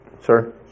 Sir